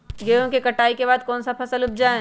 गेंहू के कटाई के बाद कौन सा फसल उप जाए?